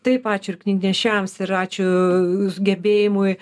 taip ačiū ir knygnešiams ir ačiū gebėjimui